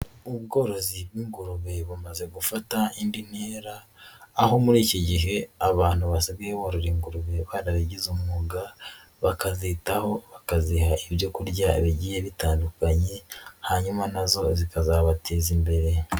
Ubworozi bw'ingurube bumaze gufata indi ntera, aho muri iki gihe abantu basigaye borora ingurube barabigize umwuga, bakazitaho bakaziha ibyo kurya bigiye bitandukanye, hanyuma na zo zikazabateza imbere.